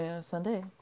Sunday